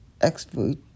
expert